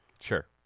Sure